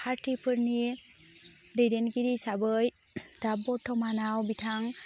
पार्टीफोरनि दैदेनगिरि हिसाबै दा बर्थमानाव बिथां